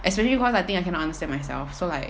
especially cause I think I cannot understand myself so like